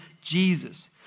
Jesus